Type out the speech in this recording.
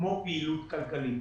כמו פעילות כלכלית.